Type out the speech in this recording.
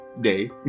day